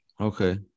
Okay